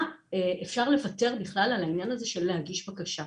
אפשר לוותר על העניין הזה בכלל של להגיש בקשה.